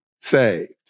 saved